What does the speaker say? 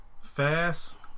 Fast